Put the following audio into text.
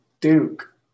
Duke